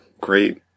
great